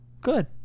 Good